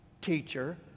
teacher